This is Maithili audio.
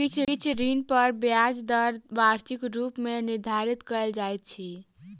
किछ ऋण पर ब्याज दर वार्षिक रूप मे निर्धारित कयल जाइत अछि